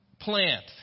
plant